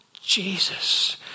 Jesus